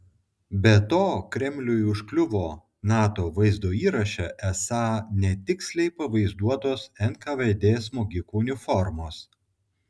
be to kremliui užkliuvo nato vaizdo įraše esą netiksliai pavaizduotos nkvd smogikų uniformos